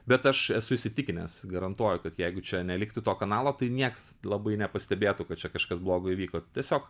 bet aš esu įsitikinęs garantuoju kad jeigu čia neliktų to kanalo tai nieks labai nepastebėtų kad čia kažkas blogo įvyko tiesiog